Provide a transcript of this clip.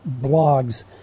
blogs